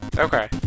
Okay